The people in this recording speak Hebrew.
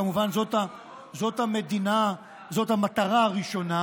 כמובן זאת המטרה הראשונה,